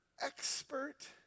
expert